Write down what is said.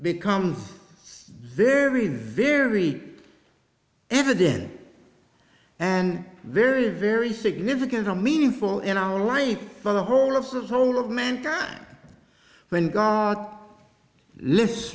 becomes very very evident and very very significant a meaningful in our way for the whole of the whole of mankind when god lifts